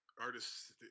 artists